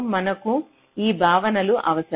మనకు ఈ భావనలు అవసరం